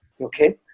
Okay